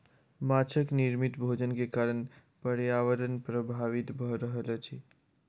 माँछक निर्मित भोजन के कारण पर्यावरण प्रभावित भ रहल अछि